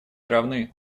равны